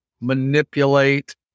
manipulate